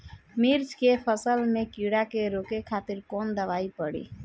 मिर्च के फसल में कीड़ा के रोके खातिर कौन दवाई पड़ी?